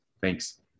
thanks